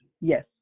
Yes